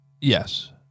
Yes